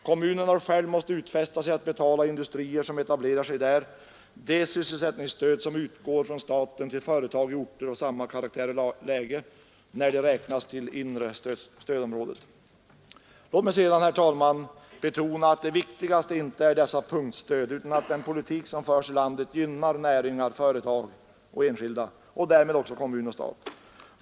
Kommunen har själv måst utfästa sig att betala industrier som etablerar sig där det sysselsättningsstöd som utgår från staten till företag i orter av samma karaktär och med samma läge när de räknas till inre stödområdet. Låt mig sedan, herr talman, betona att det viktigaste inte är dessa punktstöd, utan att den politik som förs i landet gynnar näringar, företag, enskilda och därmed kommuner och stat.